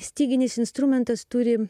styginis instrumentas turi